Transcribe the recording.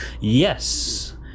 Yes